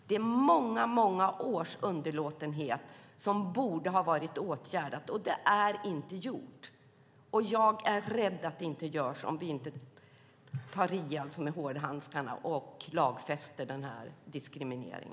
Det är många års underlåtenhet, och det borde ha varit åtgärdat. Men det har inte gjorts. Jag är rädd att det inte görs om vi inte tar i med hårdhandskarna och stiftar en lag när det gäller denna diskriminering.